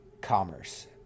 commerce